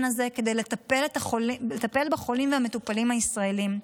הזה כדי לטפל בחולים ובמטופלים הישראלים.